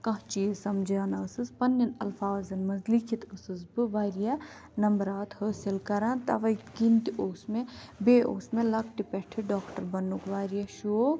کانٛہہ چیٖز سَمجھان ٲسٕس پَننیٚن اَلفاظن منٛز لیٚکھِتھ ٲسٕس بہٕ واریاہ نَمبرات حٲصِل کَران تَوَے کِنۍ تہِ اوٗس مےٚ بیٚیہِ اوٗس مےٚ لَکٹہِ پٮ۪ٹھ ڈاکٹَر بَننُک واریاہ شوق